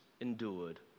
endured